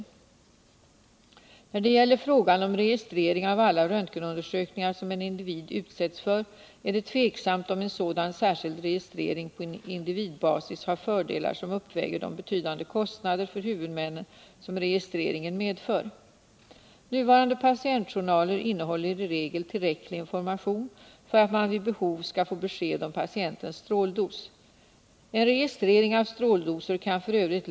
När det gäller frågan om registrering av alla röntgenundersökningar som en individ utsätts för är det tveksamt om en sådan särskild registrering på individbasis har fördelar som uppväger de betydande kostnader för huvudmännen som registreringen medför. Nuvarande patientjournaler innehåller i regel tillräcklig information för att man vid behov skall få besked om patientens stråldos. En registrering av stråldoser kan f.ö.